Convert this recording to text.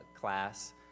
class